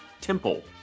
Temple